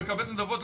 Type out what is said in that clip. מקבץ נדבות,